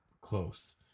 close